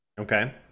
Okay